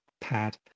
pad